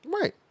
Right